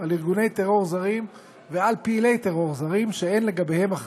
ארגוני טרור זרים ועל פעילי טרור זרים בישראל.